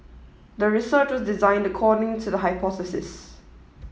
the research was designed according to the hypothesis